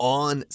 on